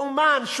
לאומן.